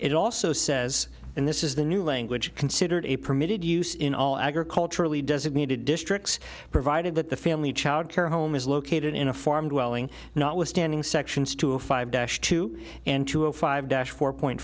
it also says and this is the new language considered a permitted use in all agriculturally designated districts provided that the family child care home is located in a farm dwelling not withstanding sections two of five dash two and two a five dash four point